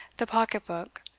the pocket-book,